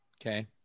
Okay